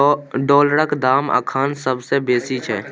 डॉलरक दाम अखन सबसे बेसी छै